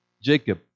Jacob